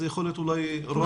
זה יכול להיות אולי רדיו.